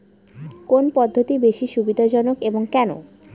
কোন পদ্ধতি বেশি সুবিধাজনক এবং কেন?